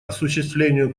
осуществлению